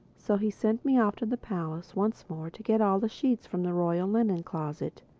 so he sent me off to the palace once more to get all the sheets from the royal linen-closet.